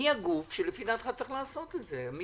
מי הגוף שצריך לעשות את זה, לפי דעתך?